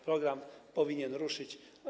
Program powinien ruszyć.